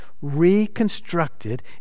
reconstructed